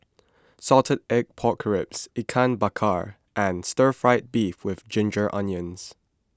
Salted Egg Pork Ribs Ikan Bakar and Stir Fry Beef with Ginger Onions